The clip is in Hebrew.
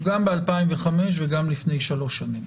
גם ב-2005 וגם לפני שלוש שנים.